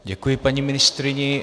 Děkuji paní ministryni.